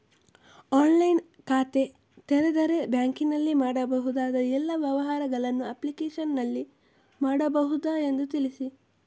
ಆನ್ಲೈನ್ನಲ್ಲಿ ಖಾತೆ ತೆರೆದರೆ ಬ್ಯಾಂಕಿನಲ್ಲಿ ಮಾಡಬಹುದಾ ಎಲ್ಲ ವ್ಯವಹಾರಗಳನ್ನು ಅಪ್ಲಿಕೇಶನ್ನಲ್ಲಿ ಮಾಡಬಹುದಾ ಎಂದು ತಿಳಿಸಿ?